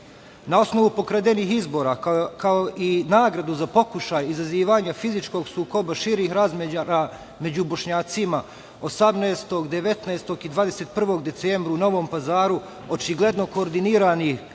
osnovu pokradenih izbora, kao i nagradu za pokušaj izazivanja fizičkog sukoba širih razmera među Bošnjacima, 18, 19. i 21. decembra, u Novom Pazaru, očigledno koordiniranih